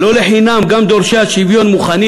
ולא לחינם גם דורשי השוויון מוכנים